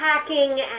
hacking